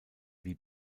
wie